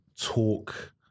talk